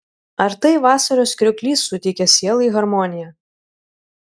ar tai vasaros krioklys suteikia sielai harmoniją